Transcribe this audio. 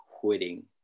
quitting